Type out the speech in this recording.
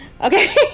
Okay